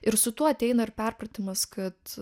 ir su tuo ateina ir perpratimas kad